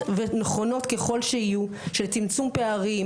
ונכונות ככל שיהיו - של צמצום פערים,